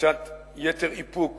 קצת יותר איפוק